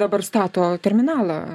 dabar stato terminalą